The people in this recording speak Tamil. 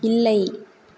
இல்லை